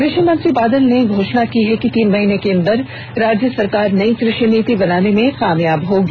कषि मंत्री बादल ने घोषणा की है कि तीन महीने के अंदर राज्य सरकार नई कृषि नीति बनाने में कामयाब होगी